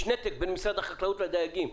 יש נתק בין משרד החקלאות לדייגים.